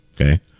okay